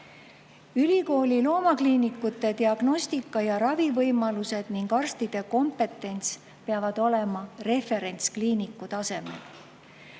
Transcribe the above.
loomakliinikute diagnostika‑ ja ravivõimalused ning arstide kompetentsus peavad olema referentskliiniku tasemel.